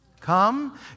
come